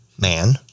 man